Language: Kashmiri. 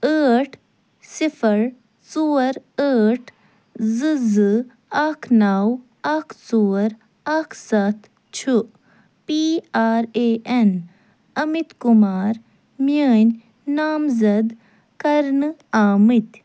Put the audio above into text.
ٲٹھ صِفر ژور ٲٹھ زٕ زٕ اکھ نَو اکھ ژور اکھ سَتھ چھُ P R A N Amit Kumar میٛٲنۍ نامزد کرنہٕ آمِتۍ